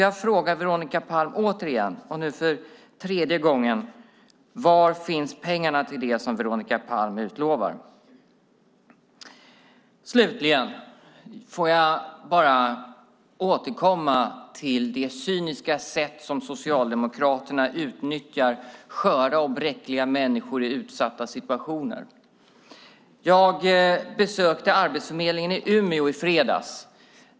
Jag frågar Veronica Palm återigen, och nu för fjärde gången: Var finns pengarna till det som Veronica Palm utlovar? Slutligen får jag bara återkomma till det cyniska sätt som Socialdemokraterna utnyttjar sköra och bräckliga människor i utsatta situationer. Jag besökte Arbetsförmedlingen i Umeå i fredags.